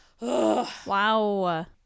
Wow